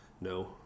no